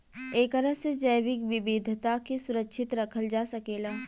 एकरा से जैविक विविधता के सुरक्षित रखल जा सकेला